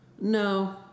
No